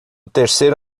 terceiro